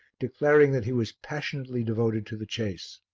declaring that he was passionately devoted to the chase.